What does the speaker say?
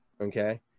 Okay